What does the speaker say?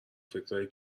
فکرایی